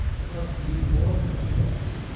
about the new war contracts.